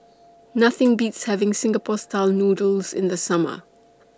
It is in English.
Nothing Beats having Singapore Style Noodles in The Summer